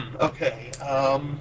Okay